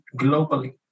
globally